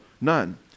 None